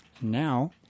Now